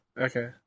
Okay